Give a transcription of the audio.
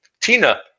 Tina